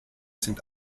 sind